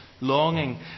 longing